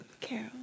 Carol